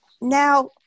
Now